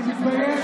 תודה.